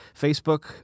Facebook